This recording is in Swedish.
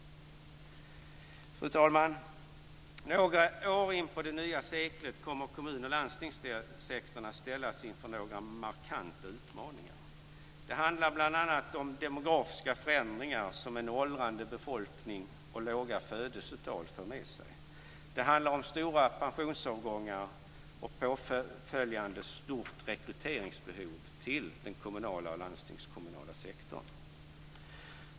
Fru talman! Några år in på det nya seklet kommer kommun och landstingssektorn att ställas inför några markanta utmaningar. Det handlar bl.a. om demografiska förändringar som en åldrande befolkning och låga födelsetal för med sig. Det handlar om stora pensionsavgångar och påföljande stort rekryteringsbehov till den kommunala och landstingskommunala sektorn.